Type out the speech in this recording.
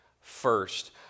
first